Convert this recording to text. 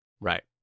Right